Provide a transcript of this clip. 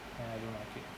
and I don't like it